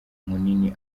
munini